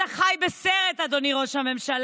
אתה חי בסרט, אדוני ראש הממשלה.